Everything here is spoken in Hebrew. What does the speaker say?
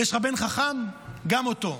יש לך בן חכם, גם אותו.